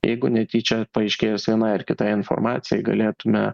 jeigu netyčia paaiškėjus vienai ar kitai informacijai galėtume